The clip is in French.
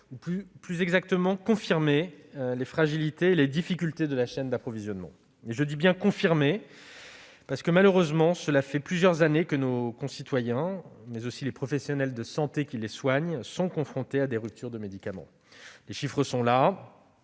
ou plus exactement confirmé, les fragilités et les difficultés de la chaîne d'approvisionnement. Je dis bien « confirmé », parce que cela fait plusieurs années, malheureusement, que nos concitoyens et les professionnels de santé qui les soignent sont confrontés à des ruptures de médicaments. Les chiffres sont là